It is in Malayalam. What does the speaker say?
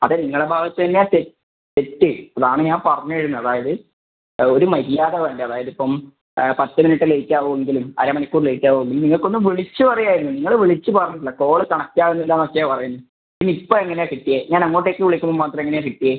അതെ നിങ്ങളുടെ ഭാഗത്ത് തന്നെയാണ് തെറ്റ് അത് ആണ് ഞാൻ പറഞ്ഞ് വരുന്നത് അതായത് ഒരു മര്യാദ വേണ്ടേ അതായത് ഇപ്പം പത്ത് മിനിട്ട് ലേറ്റ് ആകുമെങ്കിൽ അര മണിക്കൂർ ലേറ്റ് ആകുമെങ്കിലും നിങ്ങൾക്ക് ഒന്ന് വിളിച്ച് പറയാമായിരുന്നു നിങ്ങള് വിളിച്ച് പറഞ്ഞിട്ട് ഇല്ല കോള് കണക്ട് ആകുന്നില്ലായെന്ന് ഒക്കെയാണ് പറയുന്നത് പിന്നെ ഇപ്പോൾ എങ്ങനെയാണ് കിട്ടിയത് ഞാൻ അങ്ങോട്ടേക്ക് വിളിക്കുമ്പോൾ മാത്രം എങ്ങനെയാണ് കിട്ടിയത്